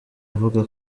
avuga